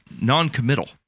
non-committal